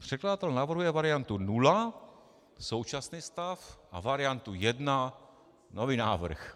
Překladatel navrhuje variantu nula, současný stav, a variantu 1, nový návrh.